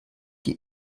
die